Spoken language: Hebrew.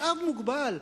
משאב מוגבל.